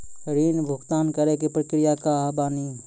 ऋण भुगतान करे के प्रक्रिया का बानी?